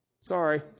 Sorry